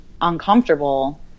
Uncomfortable